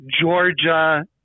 Georgia